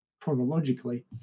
chronologically